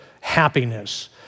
happiness